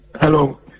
hello